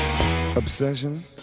obsession